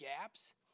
gaps